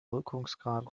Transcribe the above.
wirkungsgrad